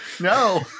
No